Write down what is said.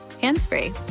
hands-free